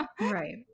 Right